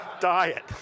Diet